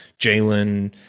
Jalen